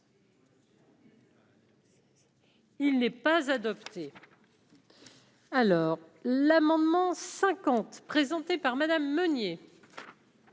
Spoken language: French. Il n'est pas adopté. Alors l'amendement 50 présenté par Madame Menier.